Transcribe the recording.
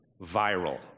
viral